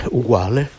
uguale